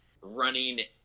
running